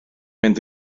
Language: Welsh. mynd